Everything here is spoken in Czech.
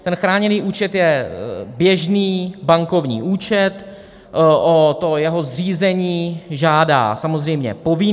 Ten chráněný účet je běžný bankovní účet, o jeho zřízení žádá samozřejmě povinný.